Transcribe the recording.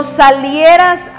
salieras